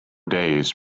days